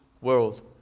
world